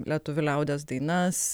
lietuvių liaudies dainas